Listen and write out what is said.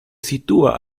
sitúa